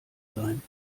sein